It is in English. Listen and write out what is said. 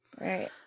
Right